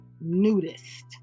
Nudist